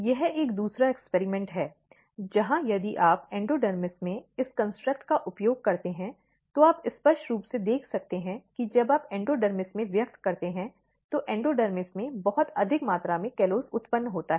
यह एक दूसरा एक्सपेरिमेंट है जहां यदि आप एंडोडर्मिस में इस कन्स्ट्रक्ट का उपयोग करते हैं तो आप स्पष्ट रूप से देख सकते हैं कि जब आप एंडोडर्मिस में व्यक्त करते हैं तो एंडोडर्मिस में बहुत अधिक मात्रा में कॉलोज़ उत्पन्न होता है